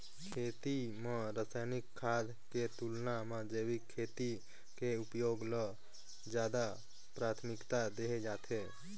खेती म रसायनिक खाद के तुलना म जैविक खेती के उपयोग ल ज्यादा प्राथमिकता देहे जाथे